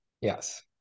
yes